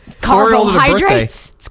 carbohydrates